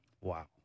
Wow